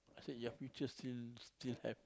I said your future still still have